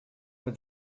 with